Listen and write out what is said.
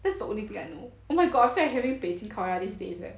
that's the only thing I know oh my god I feel like having 北京烤鸭 these days eh